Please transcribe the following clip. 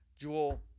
Jewel